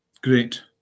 great